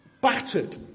battered